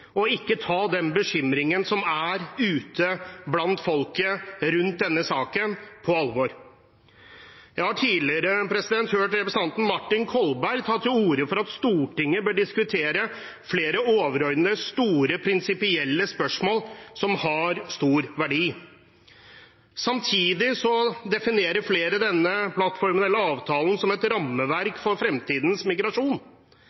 og ikke ta den bekymringen som er ute blant folket rundt denne saken, på alvor. Jeg har tidligere hørt representanten Martin Kolberg ta til orde for at Stortinget bør diskutere flere overordnede store prinsipielle spørsmål som har stor verdi. Samtidig definerer flere denne plattformen, eller avtalen, som et